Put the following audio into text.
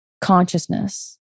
consciousness